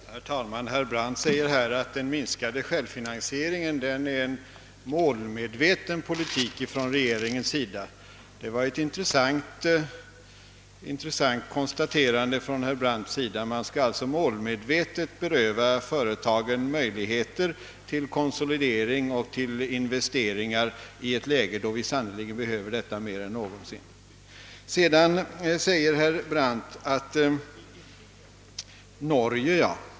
Herr talman! Herr Brandt säger att den minskade självfinansieringen är en målmedveten politik från regeringens sida. Det var ett intressant konstaterande. Man skall alltså målmedvetet beröva företagen möjligheter till konsolidering och till investeringar i ett läge då vi sannerligen behöver det mer än någonsin. Sedan talar herr Brandt om Norge.